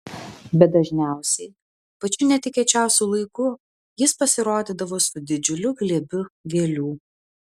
bet dažniausiai pačiu netikėčiausiu laiku jis pasirodydavo su didžiuliu glėbiu gėlių